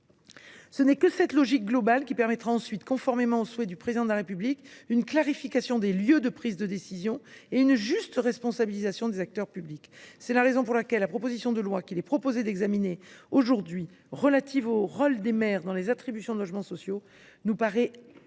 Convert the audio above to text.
citoyens. Seule cette logique globale permettra ensuite, conformément au souhait du Président de la République, une clarification concernant les lieux de prise de décision et une juste responsabilisation des acteurs publics. C’est la raison pour laquelle la proposition de loi qu’il nous est proposé d’examiner aujourd’hui visant à renforcer le rôle des maires dans l’attribution de logements sociaux nous paraît légèrement